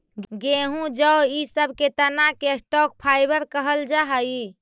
गेहूँ जौ इ सब के तना के स्टॉक फाइवर कहल जा हई